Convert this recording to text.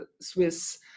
Swiss